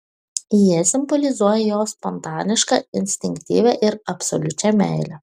jie simbolizuoja jo spontanišką instinktyvią ir absoliučią meilę